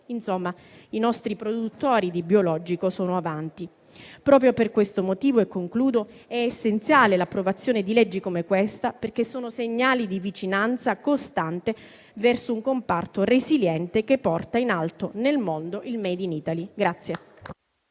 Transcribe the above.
I nostri produttori di biologico sono avanti. Proprio per questo motivo, è essenziale l'approvazione di leggi come quella al nostro esame, perché sono segnali di vicinanza costante verso un comparto resiliente che porta in alto nel mondo il *made in Italy*.